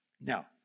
Now